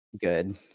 Good